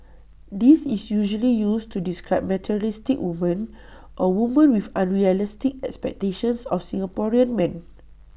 this is usually used to describe materialistic women or women with unrealistic expectations of Singaporean men